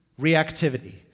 Reactivity